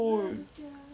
seram sia